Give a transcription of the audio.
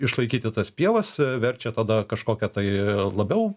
išlaikyti tas pievas verčia tada kažkokią tai labiau